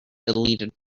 deleted